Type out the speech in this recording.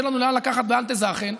שאין לנו לאן לקחת באלטע זאכן,